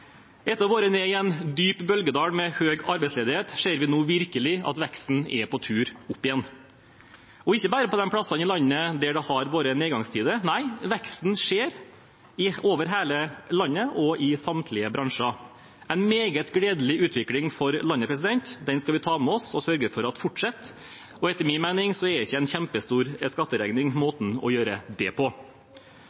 Etter å ha vært nede i en dyp bølgedal med høy arbeidsledighet ser vi nå virkelig at veksten er på tur opp igjen, ikke bare på de plassene i landet der det har vært nedgangstider – nei, veksten skjer over hele landet og i samtlige bransjer. Det er en meget gledelig utvikling for landet, den skal vi ta med oss og sørge for at fortsetter. Etter min mening er ikke en kjempestor skatteregning